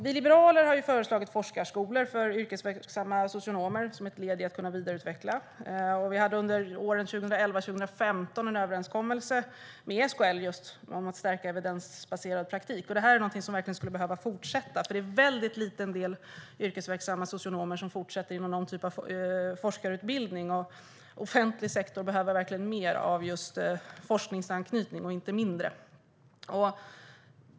Vi liberaler har föreslagit forskarskolor för yrkesverksamma socionomer som ett led i utvecklingen. Det fanns under åren 2011-2015 en överenskommelse med SKL om att stärka evidensbaserad praktik. Det är något som verkligen skulle behöva fortsätta. Det är en liten del av yrkesverksamma socionomer som fortsätter inom någon typ av forskarutbildning. Offentlig sektor behöver verkligen mer av forskningsanknytning - inte mindre.